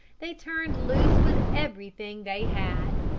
they turned loose with everything they had,